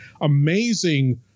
amazing